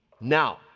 Now